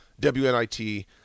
WNIT